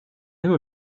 même